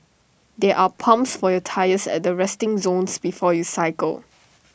there are pumps for your tyres at the resting zone before you cycle